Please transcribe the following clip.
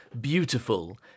beautiful